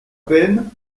peine